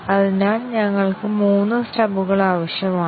അതിനാൽ ഞങ്ങൾക്ക് മൂന്ന് സ്റ്റബുകൾ ആവശ്യമാണ്